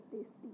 tasty